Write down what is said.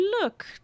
look